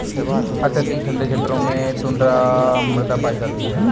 अत्यधिक ठंडे क्षेत्रों में टुण्ड्रा मृदा पाई जाती है